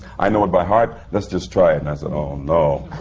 i know it by heart, let's just try it. and i said, oh, no!